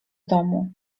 domu